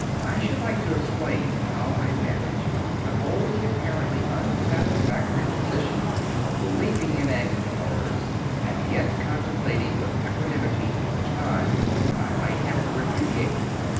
i should like to explain how i managed to hold the apparently unsatisfactory position of believing in anglican orders and yet contemplating with equanimity the time when i might have to repudiate them.